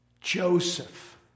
Joseph